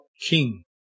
king